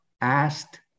asked